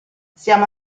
siamo